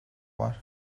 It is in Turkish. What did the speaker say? var